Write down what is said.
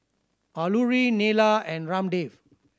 Alluri Neila and Ramdev